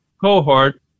cohort